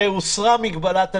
הרי הוסרה מגבלת הנסיעה,